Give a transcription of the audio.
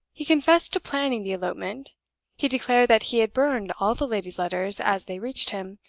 he confessed to planning the elopement he declared that he had burned all the lady's letters as they reached him,